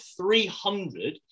300